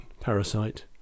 Parasite